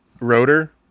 Rotor